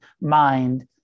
mind